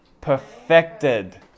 Perfected